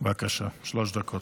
אלהואשלה, בבקשה, שלוש דקות.